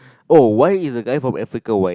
oh why is a guy from Africa white